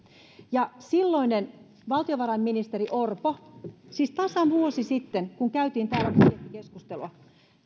silloinen valtiovarainministeri orpo siis tasan vuosi sitten kun käytiin täällä budjettikeskustelua